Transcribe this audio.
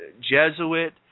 Jesuit